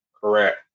Correct